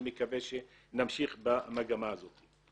אני מקווה שנמשיך במגמה הזאת.